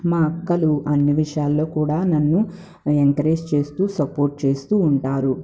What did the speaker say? మా అక్కలు అన్ని విషయాల్లో కూడా నన్ను ఎంకరేజ్ చేస్తూ సపోర్ట్ చేస్తూ ఉంటారు